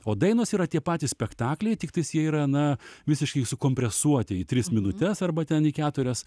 o dainos yra tie patys spektakliai tiktais jie yra na visiškai sukompresuoti į tris minutes arba ten į keturias